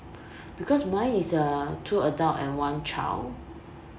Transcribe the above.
because mine is uh two adult and one child